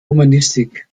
romanistik